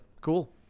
cool